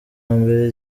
mbere